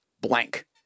blank